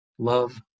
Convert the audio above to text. Love